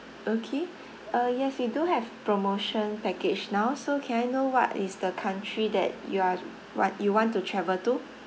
okay uh yes you do have promotion package now so can I know what is the country that you are what you want to travel to